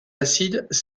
acides